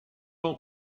ans